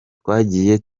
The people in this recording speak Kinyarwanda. twagiye